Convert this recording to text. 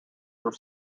were